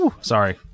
sorry